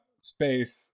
space